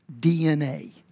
DNA